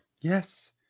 yes